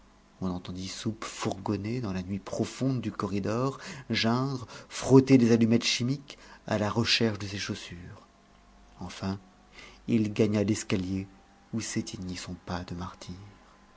on entendit soupe fourgonner dans la nuit profonde du corridor geindre frotter des chimiques à la recherche de ses chaussures enfin il gagna l'escalier où s'éteignit son pas de martyr